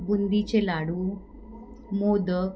बुंदीचे लाडू मोदक